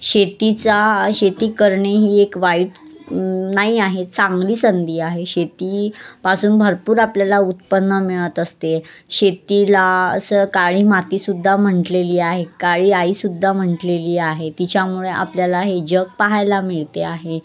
शेतीचा शेती करणे ही एक वाईट नाही आहे चांगली संधी आहे शेतीपासून भरपूर आपल्याला उत्पन्न मिळत असते शेतीलाच काळी मातीसुद्धा म्हटलेली आहे काळी आईसुद्धा म्हटलेली आहे तिच्यामुळे आपल्याला हे जग पाहायला मिळते आहे